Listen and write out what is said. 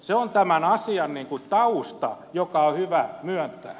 se on tämän asian niin kuin tausta joka on hyvä myöntää